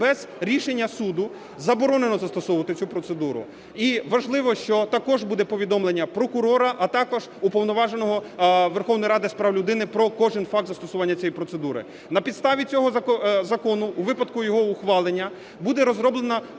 без рішення суду заборонено застосовувати цю процедуру. І важливо, що також буде повідомлення прокурора, а також Уповноваженого Верховної Ради з прав людини про кожен факт застосування цієї процедури. На підставі цього закону, у випадку його ухвалення, буде розроблена